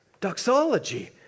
doxology